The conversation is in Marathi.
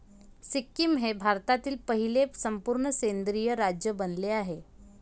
सिक्कीम हे भारतातील पहिले संपूर्ण सेंद्रिय राज्य बनले आहे